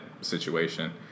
situation